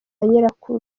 nyirakuru